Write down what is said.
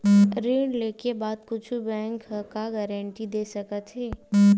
ऋण लेके बाद कुछु बैंक ह का गारेंटी दे सकत हे?